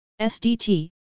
SDT